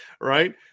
Right